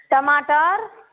टमाटर